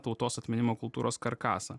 tautos atminimo kultūros karkasą